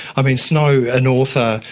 i mean, snow, an author,